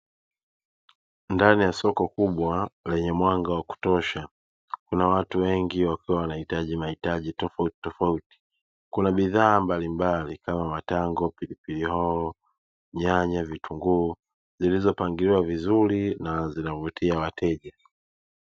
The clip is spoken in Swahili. Ndani ya soko kubwa lenye mwanga wa kutosha kuna watu wengi wakiwa wanahitaji mahitaji tofautitofauti. Kuna bidhaa mbalimbali kama matango, pilipili hoho, nyanya, vitunguu; zilizopangiliwa vizuri na zinavutia wateja.